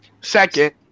Second